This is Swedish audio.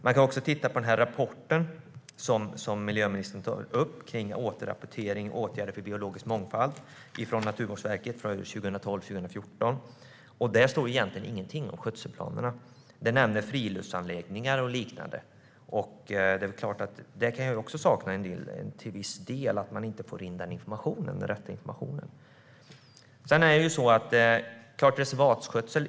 Man kan också titta på den rapport som miljöministern tar upp om återrapportering och åtgärder för biologisk mångfald från Naturvårdsverket för 2012-2014. Där står egentligen ingenting om skötselplanerna. Man nämner friluftsanläggningar och liknande. Det är klart att också jag kan sakna den informationen till viss del. Man får inte in den rätta informationen.